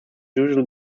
unusual